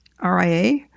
RIA